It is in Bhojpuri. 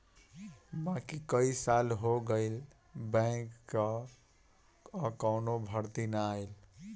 बाकी कई साल हो गईल बैंक कअ कवनो भर्ती ना आईल